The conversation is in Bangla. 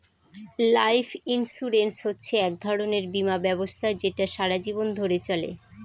লাইফ ইন্সুরেন্স হচ্ছে এক ধরনের বীমা ব্যবস্থা যেটা সারা জীবন ধরে চলে